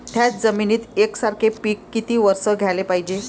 थ्याच जमिनीत यकसारखे पिकं किती वरसं घ्याले पायजे?